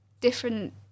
different